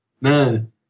Man